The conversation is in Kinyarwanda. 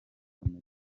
amerika